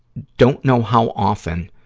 don't know how often,